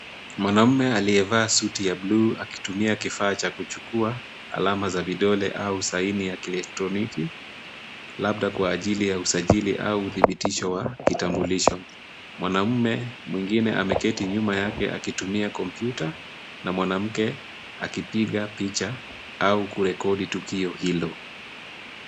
Mwanamume aliyevaa suti ya bluu akitumia kifaa cha kuchukua alama za vidole au saini ya kielektroniki, labda kwa ajili ya usajili au uthibitisho wa kitambulisho. Mwanamume mwingine ameketi nyuma yake akitumia kompyuta, na mwanamke akipiga picha au kurekodi tukio hilo.